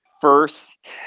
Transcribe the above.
first